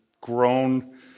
grown